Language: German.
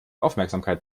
aufmerksamkeit